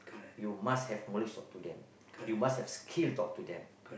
you must have knowledge talk to them you must have skill talk to them